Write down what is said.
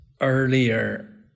earlier